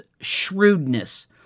shrewdness